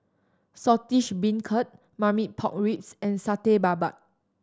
Saltish Beancurd Marmite Pork Ribs and Satay Babat